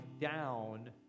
down